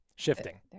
Shifting